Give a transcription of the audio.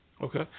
Okay